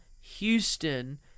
Houston